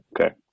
Okay